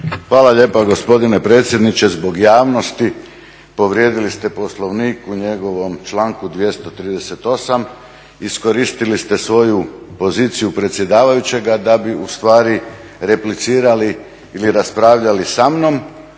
Hvala lijepa gospodine predsjedniče. Zbog javnosti, povrijedili ste Poslovnik u njegovom članku 238., iskoristili ste svoju poziciju predsjedavajućega da bi ustvari replicirali ili raspravljali sa mnom